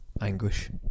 anguish